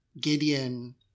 Gideon